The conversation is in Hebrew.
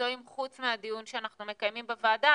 מקצועיים חוץ מהדיון שאנחנו מקיימים בוועדה,